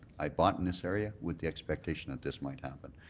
i bought in this area with the expectation that this might happen.